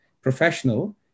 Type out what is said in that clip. professional